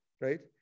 right